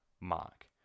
mark